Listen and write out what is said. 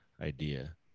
Idea